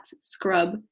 Scrub